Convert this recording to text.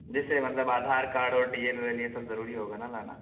جیسے مطلب آدھار کارڈ اور ڈی ایل ویل یہ سب ضروری ہوگا نا لانا